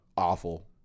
Awful